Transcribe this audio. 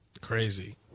Crazy